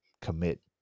commit